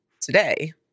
Today